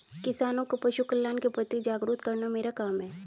किसानों को पशुकल्याण के प्रति जागरूक करना मेरा काम है